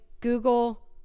Google